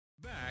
Back